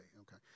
okay